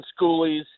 schoolies